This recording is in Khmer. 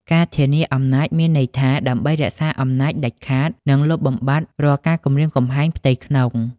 ការធានាអំណាចមានន័យថា ដើម្បីរក្សាអំណាចដាច់ខាត និងលុបបំបាត់រាល់ការគំរាមកំហែងផ្ទៃក្នុង។